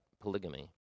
polygamy